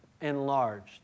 enlarged